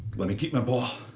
let me keep my ball.